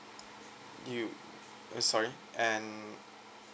you sorry and